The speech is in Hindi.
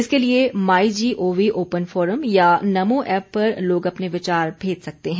इसके लिए my G O V open forum या नमो ऐप पर लोग अपने विचार भेज सकते हैं